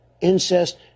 incest